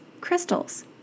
crystals